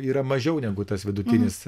yra mažiau negu tas vidutinis